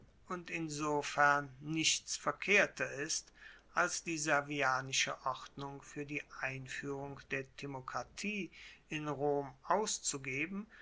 und insofern nichts verkehrter ist als die servianische ordnung fuer die einfuehrung der timokratie in rom auszugeben